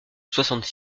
soixante